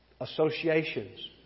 associations